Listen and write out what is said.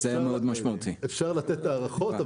אפשר לתת הערכות,